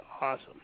awesome